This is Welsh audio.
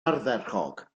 ardderchog